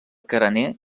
carener